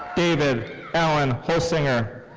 david allen holesinger.